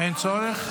אין צורך?